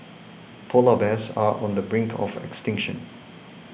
Polar Bears are on the brink of extinction